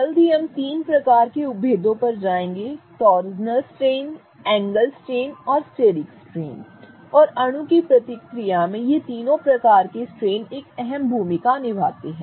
जल्द ही हम तीन प्रकार के उपभेदों पर जाएंगे टॉर्सनल स्ट्रेन एंगल स्ट्रेन और स्टिरिक स्ट्रेन है और अणु की प्रतिक्रिया में ये तीनों प्रकार के स्ट्रेन एक अहम भूमिका निभाते हैं